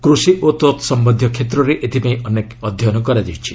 କୃଷି ଓ ତତ୍ସମ୍ୟନ୍ଧୀୟ କ୍ଷେତ୍ରରେ ଏଥିପାଇଁ ଅନେକ ଅଧ୍ୟୟନ କରାଯାଇଛି